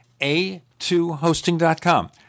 a2hosting.com